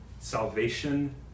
salvation